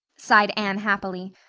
sighed anne happily,